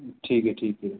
ठीक आहे ठीक आहे